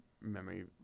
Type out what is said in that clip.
memory